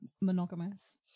monogamous